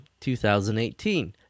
2018